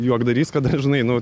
juokdarys kada žinai nu